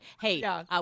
Hey